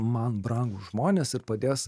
man brangūs žmonės ir padės